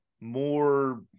more